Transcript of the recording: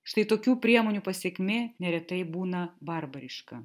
štai tokių priemonių pasekmė neretai būna barbariška